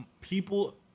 people